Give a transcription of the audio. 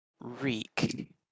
reek